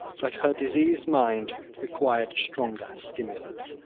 but her diseased mind required stronger stimulants,